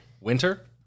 Winter